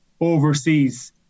overseas